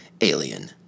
Alien